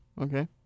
okay